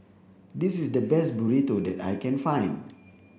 this is the best Burrito that I can find